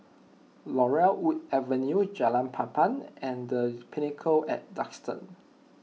Laurel Wood Avenue Jalan Papan and the Pinnacle at Duxton